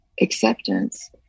acceptance